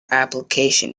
application